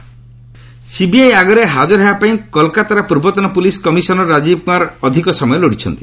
CBI Rajiv CBI ଆଗରେ ହାଜର ହେବା ପାଇଁ କୋଲକାତାର ପୂର୍ବତନ ପୁଲିସ୍ କମିଶନର ରାଜୀବ କୁମାର ଅଧିକ ସମୟ ଲୋଡ଼ିଛନ୍ତି